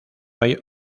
hay